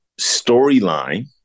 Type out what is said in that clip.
storyline